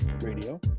Radio